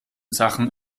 sachen